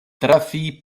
trafi